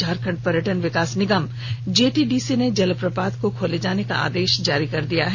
झारखंड पर्यटन विकास निगम जेटीडीसी ने जलप्रपात को खोले जाने का आदेश जारी कर दिया है